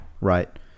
Right